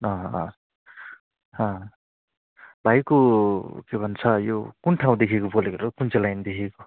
अँ अँ अँ भाइको के भन्छ यो कुन ठाउँदेखिको बोलेको हो कुन चाहिँ लाइनदेखिको